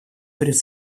перед